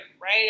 right